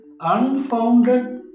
unfounded